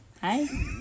Hi